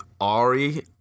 Ari